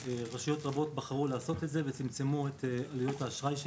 רשויות רבות בחרו לעשות את זה וצמצמו את עלויות האשראי.